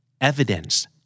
Evidence